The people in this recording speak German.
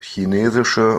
chinesische